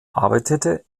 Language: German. arbeitete